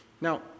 Now